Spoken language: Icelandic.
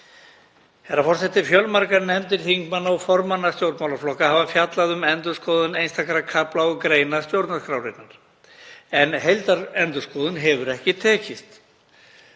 Herra forseti. Fjölmargar nefndir þingmanna og formanna stjórnmálaflokka hafa fjallað um endurskoðun einstakra kafla og greina stjórnarskrárinnar en heildarendurskoðun hefur ekki tekist.